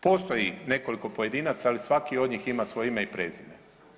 Postoji nekoliko pojedinaca, ali svaki od njih ima svoje ime i prezime.